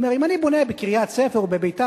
הוא אומר: אם אני בונה בקריית-ספר או בביתר,